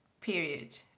period